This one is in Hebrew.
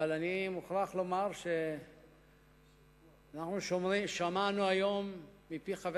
אבל אני מוכרח לומר שאנחנו שמענו היום מפי חבר